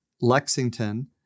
Lexington